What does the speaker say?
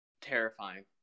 terrifying